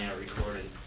yeah recorded